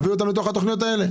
נביא אותם לתוך התכניות האלה.